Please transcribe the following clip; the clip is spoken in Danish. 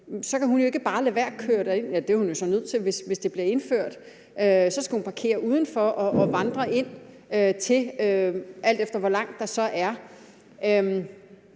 så kan hun ikke bare lade være at køre derind. Ja, det er hun jo så nødt til, hvis det bliver indført; så skal hun parkere udenfor og vandre ind, alt efter hvor langt der så er.